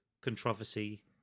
controversy